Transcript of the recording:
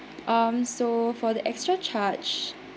um so for the extra charge